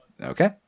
Okay